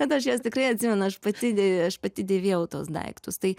bet aš juos tikrai atsimenu aš pati de aš pati dėvėjau tuos daiktus tai